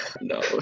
No